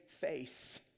face